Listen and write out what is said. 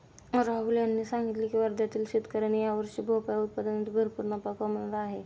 राहुल यांनी सांगितले की वर्ध्यातील शेतकऱ्यांनी यावर्षी भोपळा उत्पादनातून भरपूर नफा कमावला आहे